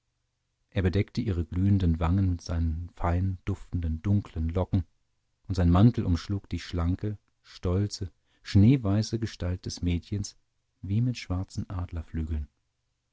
er bedeckte ihre glühenden wangen mit seinen fein duftenden dunklen locken und sein mantel umschlug die schlanke stolze schneeweiße gestalt des mädchens wie mit schwarzen